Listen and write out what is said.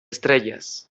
estrelles